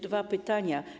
Dwa pytania.